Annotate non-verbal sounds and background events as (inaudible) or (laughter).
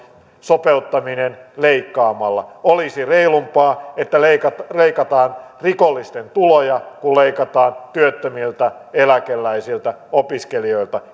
sopeuttaminen leikkaamalla olisi reilumpaa että leikataan leikataan rikollisten tuloja kuin että leikataan työttömiltä eläkeläisiltä opiskelijoilta (unintelligible)